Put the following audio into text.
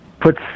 puts